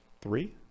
Three